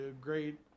great